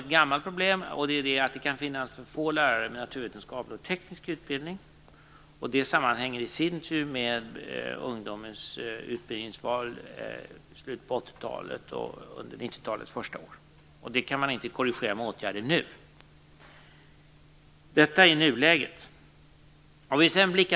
Det finns ett problem sedan gammalt, nämligen att det kan finnas för få lärare med naturvetenskaplig och teknisk utbildning. Det sammanhänger i sin tur med ungdomens utbildningsval i slutet på 80-talet och under 90-talets första år. Detta kan man inte på kort sikt korrigera med åtgärder nu. Detta är nuläget.